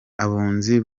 abunzi